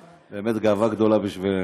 באמת גאווה גדולה בשבילנו.